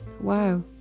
wow